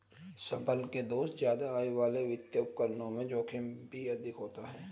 संभल के दोस्त ज्यादा आय वाले वित्तीय उपकरणों में जोखिम भी अधिक होता है